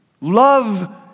Love